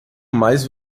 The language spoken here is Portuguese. mais